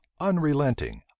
unrelenting